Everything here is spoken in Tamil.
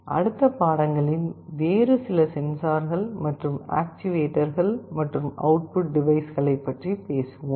அடுத்த பாடங்களில் வேறு சில சென்சார்கள் மற்றும் ஆக்சுவேட்டர்கள் மற்றும் அவுட் புட் டிவைஸ்களை பற்றி பேசுவோம்